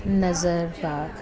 Nazarbagh